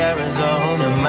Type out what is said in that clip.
Arizona